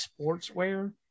sportswear